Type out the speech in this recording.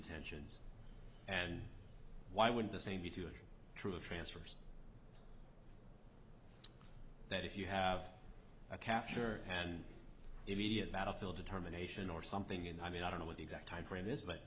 detentions and why would the same be to true of transfers that if you have a capture an immediate battlefield determination or something in i mean i don't know what the exact t